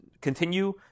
continue